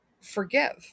forgive